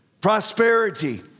prosperity